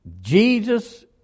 Jesus